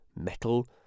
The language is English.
metal